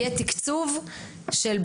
אני רוצה להציג את התמונה.